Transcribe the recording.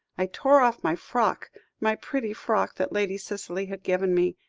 i tore off my frock my pretty frock that lady cicely had given me,